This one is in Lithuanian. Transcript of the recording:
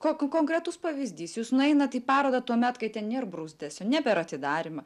ko konkretus pavyzdys jūs nueinat į parodą tuomet kai ten nėr bruzdesio ne per atidarymą